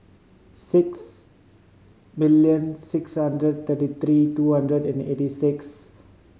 six million six hundred thirty three two hundred and eighty six